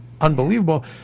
unbelievable